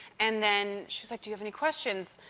and then she's like, do you have any questions?